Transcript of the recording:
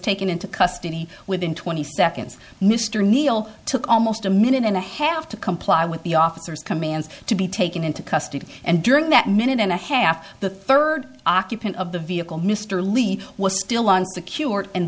taken into custody within twenty seconds mr kneale took almost a minute and a half to comply with the officer's commands to be taken into custody and during that minute and a half the third occupant of the vehicle mr levy was still on secured and